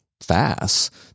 Fast